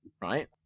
right